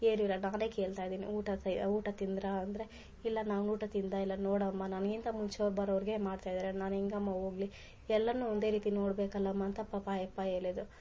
ಏನಿರಲ್ಲ ನಾನೇ ಕೇಳ್ತಾಯಿದಿನಿ ಊಟ ತಿ ಊಟ ತಿಂದ್ರ ಅಂದರೆ ಇಲ್ಲ ನಾನು ಊಟ ತಿಂದೇ ಇಲ್ಲ ನೋಡಮ್ಮ ನನಗಿಂತ ಮುಂಚೆವ್ರು ಬರೋರಿಗೆ ಮಾಡ್ತಾಯಿದಾರೆ ನಾನು ಹೆಂಗಮ್ಮ ಹೋಗ್ಲಿ ಎಲ್ಲರನು ಒಂದೇ ರೀತಿ ನೋಡಬೇಕಲ್ಲಮ್ಮ ಅಂತ ಪಾಪ ಆಯಪ್ಪ ಹೇಳಿದ್ರು